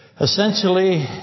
Essentially